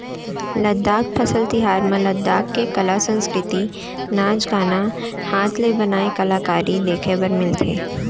लद्दाख फसल तिहार म लद्दाख के कला, संस्कृति, नाच गाना, हात ले बनाए कलाकारी देखे बर मिलथे